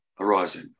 arising